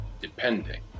depending